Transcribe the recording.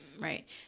right